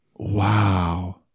Wow